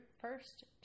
first